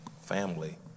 family